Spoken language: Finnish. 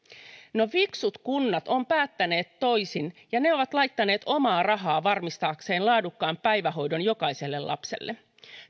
no fiksut kunnat ovat päättäneet toisin ja ne ovat laittaneet omaa rahaa varmistaakseen laadukkaan päivähoidon jokaiselle lapselle